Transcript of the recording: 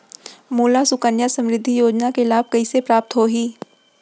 मोला सुकन्या समृद्धि योजना के लाभ कइसे प्राप्त होही?